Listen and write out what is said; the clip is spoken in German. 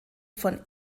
von